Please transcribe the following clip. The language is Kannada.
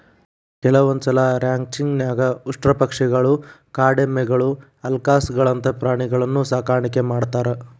ಕೆಲವಂದ್ಸಲ ರ್ಯಾಂಚಿಂಗ್ ನ್ಯಾಗ ಉಷ್ಟ್ರಪಕ್ಷಿಗಳು, ಕಾಡೆಮ್ಮಿಗಳು, ಅಲ್ಕಾಸ್ಗಳಂತ ಪ್ರಾಣಿಗಳನ್ನೂ ಸಾಕಾಣಿಕೆ ಮಾಡ್ತಾರ